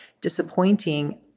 disappointing